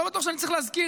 לא בטוח שאני צריך להזכיר,